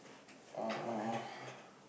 or or or